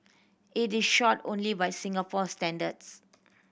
it is short only by Singapore standards